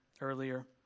earlier